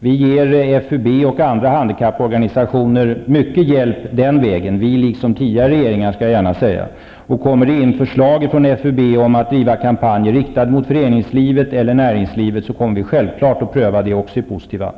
Vi ger FUB och andra handikapporganisationer mycket hjälp den vägen. Och jag skall gärna säga att även tidigare regeringar har gjort det. Om det kommer in förslag från FUB om att driva kampanjer riktade till föreningslivet eller näringslivet, kommer vi självfallet att pröva också dessa förslag i positiv anda.